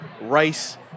rice